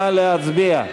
נא להצביע.